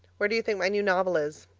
where do you think my new novel is?